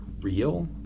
real